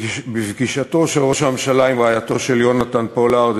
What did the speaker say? בפגישתו של ראש הממשלה עם רעייתו של יונתן פולארד,